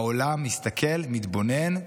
העולם מסתכל, מתבונן,